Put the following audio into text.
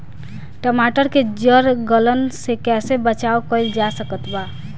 टमाटर के जड़ गलन से कैसे बचाव कइल जा सकत बा?